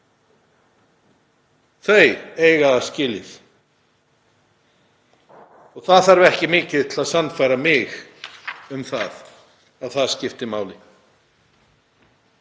Þau eiga það skilið og það þarf ekki mikið til að sannfæra mig um að það skipti máli.